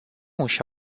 își